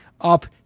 up